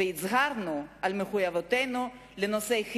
והצהרנו על מחויבותנו לנושאי החינוך,